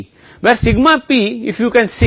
164 तो हम कहेंगे कि यह सीमा के भीतर होना है